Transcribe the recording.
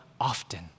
often